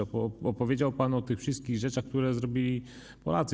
Opowiedział pan o tych wszystkich rzeczach, które zrobili Polacy.